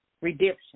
redemption